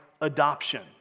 adoption